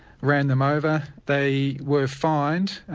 ran them over, they were fined,